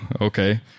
okay